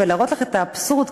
את האבסורד,